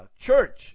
Church